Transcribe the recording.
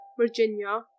Virginia